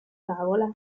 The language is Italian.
tavola